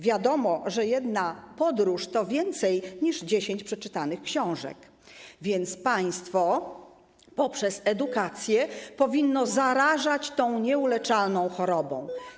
Wiadomo, że jedna podróż to więcej niż 10 przeczytanych książek, więc państwo poprzez edukację powinno zarażać tą nieuleczalną chorobą.